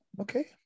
Okay